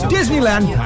Disneyland